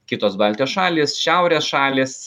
kitos baltijos šalys šiaurės šalys